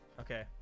Okay